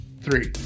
three